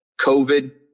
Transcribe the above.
COVID